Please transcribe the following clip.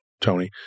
Tony